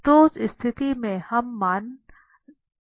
तो उस स्थिति में यह मान 0 हो जाएगा